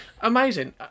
Amazing